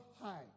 high